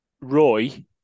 Roy